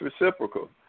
reciprocal